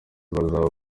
bazaba